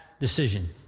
decision